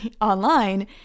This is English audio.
online